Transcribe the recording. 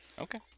Okay